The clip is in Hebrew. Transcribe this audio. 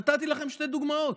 נתתי לכם שתי דוגמאות.